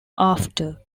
after